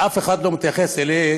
ואף אחד לא מתייחס אליהם,